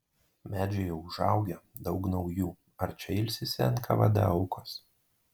medžiai jau užaugę daug naujų ar čia ilsisi nkvd aukos